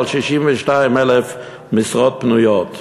על 62,000 משרות פנויות.